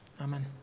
Amen